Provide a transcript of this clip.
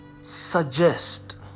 Suggest